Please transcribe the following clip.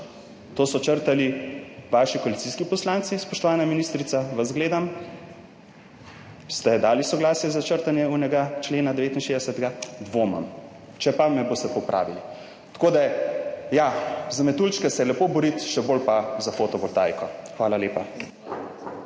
To so črtali vaši koalicijski poslanci, spoštovana ministrica, vas gledam. Ste dali soglasje za črtanje onega člena, 69.? Dvomim. Če pa, me boste popravili. Tako da ja, za metuljčke se je lepo boriti, še bolj pa za fotovoltaiko. Hvala lepa.